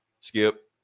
skip